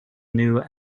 new